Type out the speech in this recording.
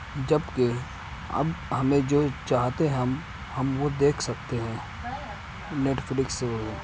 جبکہ اب ہمیں جو چاہتے ہیں ہم ہم وہ دیکھ سکتے ہیں نیٹ فلکس سے